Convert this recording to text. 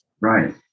Right